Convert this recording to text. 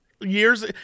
Years